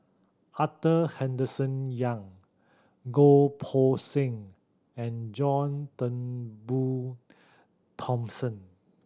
Arthur Henderson Young Goh Poh Seng and John Turnbull Thomson